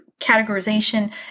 categorization